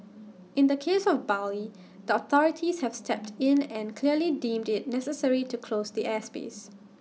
in the case of Bali the authorities have stepped in and clearly deemed IT necessary to close the airspace